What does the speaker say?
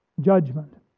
judgment